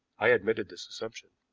i admitted this assumption.